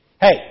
Hey